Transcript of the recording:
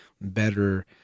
better